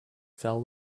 fell